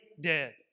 dead